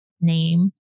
name